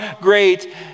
great